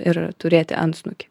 ir turėti antsnukį